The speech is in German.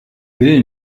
will